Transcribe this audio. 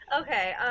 okay